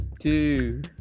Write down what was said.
Two